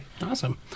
Awesome